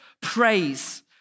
praise